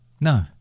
No